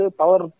power